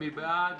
מי בעד?